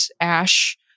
Ash